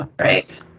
Right